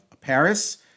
Paris